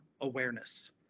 awareness